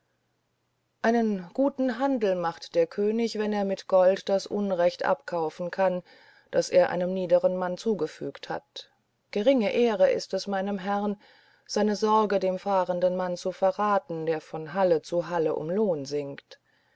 einen guten handel macht der könig wenn er mit gold das unrecht abkaufen kann das er einem niederen mann zugefügt hat geringe ehre ist es meinem herrn seine sorge dem fahrenden mann zu verraten der von halle zu halle um lohn singt